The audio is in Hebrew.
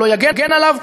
הוא לא יגן עליו.